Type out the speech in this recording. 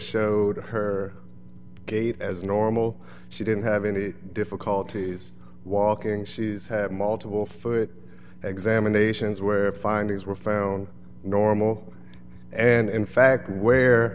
showed her gait as normal she didn't have any difficulties walking she's had multiple fluid examinations where findings were found normal and in fact where